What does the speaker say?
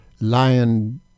lion